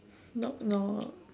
knock knock